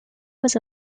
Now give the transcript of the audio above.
was